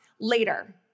later